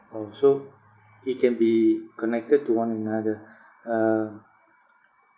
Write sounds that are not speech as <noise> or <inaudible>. orh so it can be connected to one another um <noise>